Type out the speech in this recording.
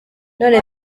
none